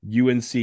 UNC